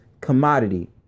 Commodity